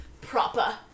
proper